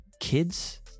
kids